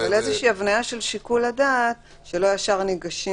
אבל איזושהי הבניה של שיקול הדעת שלא ישר ניגשים